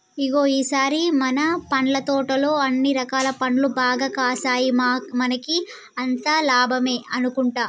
ఇగో ఈ సారి మన పండ్ల తోటలో అన్ని రకాల పండ్లు బాగా కాసాయి మనకి అంతా లాభమే అనుకుంటా